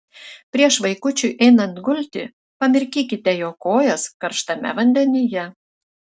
prieš vaikučiui einant gulti pamirkykite jo kojas karštame vandenyje